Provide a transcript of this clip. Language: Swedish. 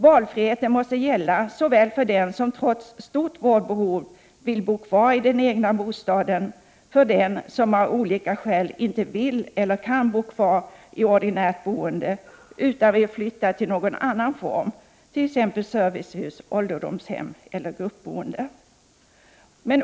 Valfriheten måste gälla såväl för den som trots stort vårdbehov vill bo kvar i den egna bostaden, som för den som av olika skäl inte vill eller kan bo kvar i ordinärt boende utan vill flytta till någon annan form, t.ex. servicehus, ålderdomshem eller gruppboende.